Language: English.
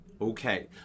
Okay